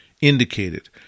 indicated